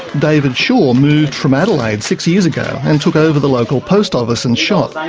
david shaw moved from adelaide six years ago and took over the local post office and shop.